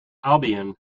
albion